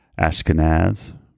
Ashkenaz